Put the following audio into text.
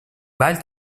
ball